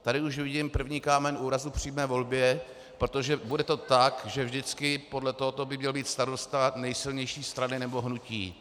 Tady už vidím první kámen úrazu v přímé volbě, protože to bude tak, že vždycky podle tohoto by měl být starosta nejsilnější strany nebo hnutí.